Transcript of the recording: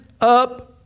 up